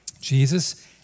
Jesus